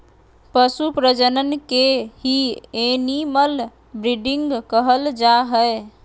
पशु प्रजनन के ही एनिमल ब्रीडिंग कहल जा हय